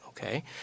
Okay